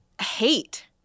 hate